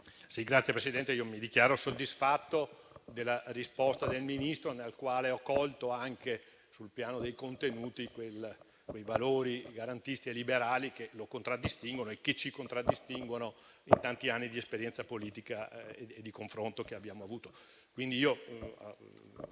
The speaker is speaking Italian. Signor Presidente, io mi dichiaro soddisfatto della risposta del Ministro, nella quale ho colto, sul piano dei contenuti, quei valori garantisti e liberali che lo contraddistinguono e che ci contraddistinguono in tanti anni di esperienza politica e di confronto che abbiamo avuto. Attendo